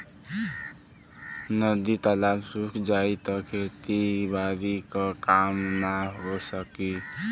नदी तालाब सुख जाई त खेती बारी क काम ना हो सकी